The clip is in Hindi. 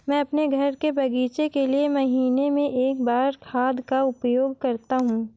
मैं अपने घर के बगीचे के लिए महीने में एक बार खाद का उपयोग करता हूँ